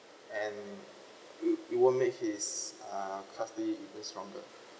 and it it won't make his uh custody even stronger